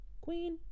Queen